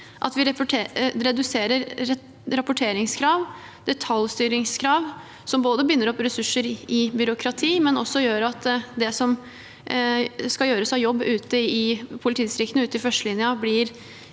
at vi reduserer rapporteringskrav og detaljstyring, som både binder opp ressurser i byråkrati, og som gjør at det som skal gjøres av jobb ute i politidistriktene, ute i førstelinjen,